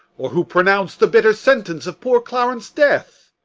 or who pronounc'd the bitter sentence of poor clarence' death?